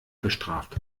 bestraft